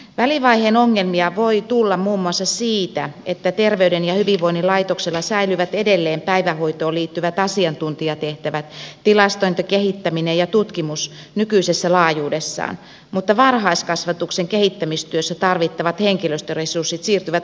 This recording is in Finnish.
välivaiheen ongelmia voi tulla muun muassa siitä että terveyden ja hyvinvoinnin laitoksella säilyvät edelleen päivähoitoon liittyvät asiantuntijatehtävät tilastointi kehittäminen ja tutkimus nykyisessä laajuudessaan mutta varhaiskasvatuksen kehittämistyössä tarvittavat henkilöstöresurssit siirtyvät opetus ja kulttuuriministeriöön